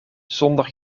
zonder